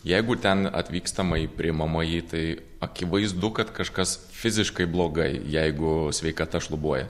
jeigu ten atvykstama į priimamąjį tai akivaizdu kad kažkas fiziškai blogai jeigu sveikata šlubuoja